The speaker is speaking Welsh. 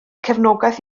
cefnogaeth